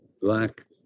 black